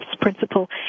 principle